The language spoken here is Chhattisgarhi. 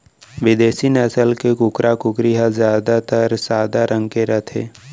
बिदेसी नसल के कुकरा, कुकरी ह जादातर सादा रंग के रथे